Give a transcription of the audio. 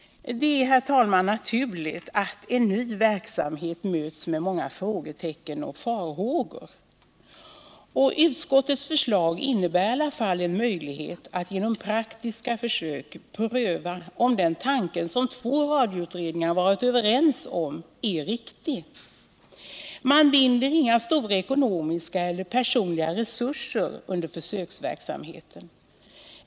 Det är, herr talman, naturligt att en ny verksamhet möts med många frågetecken och farhågor. Utskottets förslag innebär en möjlighet att genom praktiska försök pröva om den tanke som två radioutredningar varit överens om är riktig. Man binder inga stora ekonomiska eller personella resurser under försöksverksamheten.